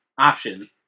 option